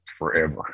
Forever